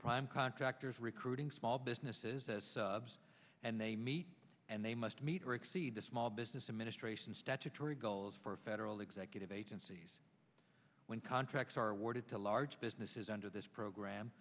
prime contractors recruiting small businesses as abs and they meet and they must meet or exceed the small business administration statutory goals for federal executive agencies when contracts are awarded to large businesses under this program